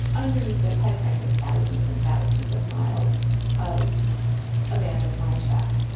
underneath those head frames are thousands and thousands of miles of abandoned mine shafts